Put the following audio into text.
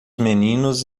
meninos